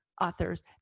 authors